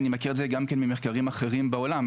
אני מכיר את זה גם כן ממחקרים אחרים בעולם,